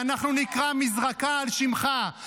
ואנחנו נקרא מזרקה על שמך.